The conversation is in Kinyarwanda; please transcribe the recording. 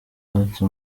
uretse